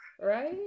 right